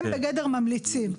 הם בגדר ממליצים.